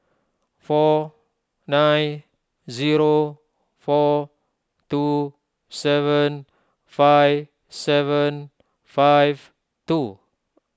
four nine zero four two seven five seven five two